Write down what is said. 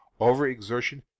Overexertion